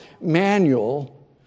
manual